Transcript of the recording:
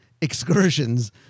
excursions